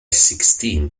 sixteen